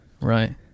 Right